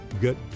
good